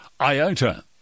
IOTA